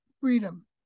freedom